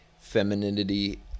femininity